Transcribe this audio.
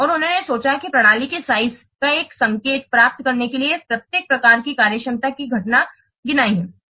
और उन्होंने सूचना प्रणाली के साइज का एक संकेत प्राप्त करने के लिए प्रत्येक प्रकार की कार्यक्षमता की घटना गिनाई है